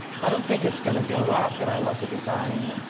i don't think it's gonna go up, but i love the design.